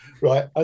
right